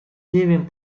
левин